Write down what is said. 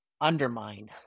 undermine